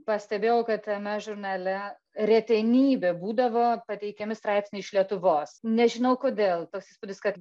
pastebėjau kad tame žurnale retenybė būdavo pateikiami straipsniai iš lietuvos nežinau kodėl toks įspūdis kad